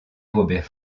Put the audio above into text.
robert